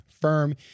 firm